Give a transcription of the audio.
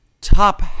top